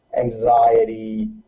anxiety